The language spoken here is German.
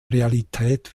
realität